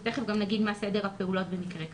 מיד נפרט את סדר הפעולות במקרה כזה.